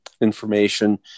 information